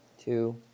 two